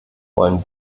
wollen